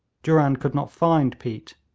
durand could not find peat.